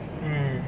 mm